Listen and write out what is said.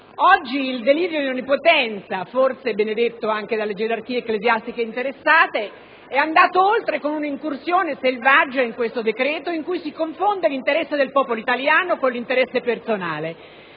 Oggi il delirio di onnipotenza, forse benedetto anche dalle gerarchie ecclesiastiche interessate, è andato oltre, con un'incursione selvaggia in questo decreto, in cui si confonde l'interesse del popolo italiano con l'interesse personale.